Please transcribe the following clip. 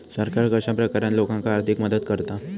सरकार कश्या प्रकारान लोकांक आर्थिक मदत करता?